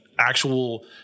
actual